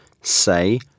say